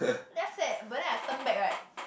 then after that but then I turn back right